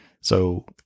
So-